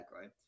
right